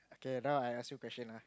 okay now I ask you question ah